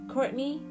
Courtney